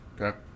okay